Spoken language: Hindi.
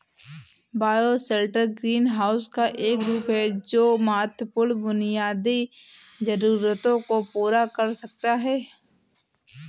बायोशेल्टर ग्रीनहाउस का एक रूप है जो महत्वपूर्ण बुनियादी जरूरतों को पूरा कर सकता है